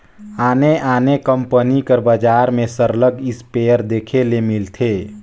आने आने कंपनी कर बजार में सरलग इस्पेयर देखे ले मिलथे